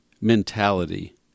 mentality